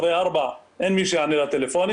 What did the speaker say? אחרי 16:00 אין מי שיענה לטלפונים.